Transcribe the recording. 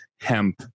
hemp